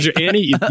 Annie